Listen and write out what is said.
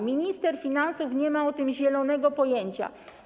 Minister finansów nie ma o tym zielonego pojęcia.